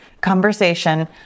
conversation